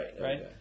Right